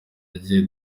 yagiye